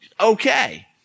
okay